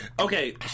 okay